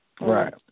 Right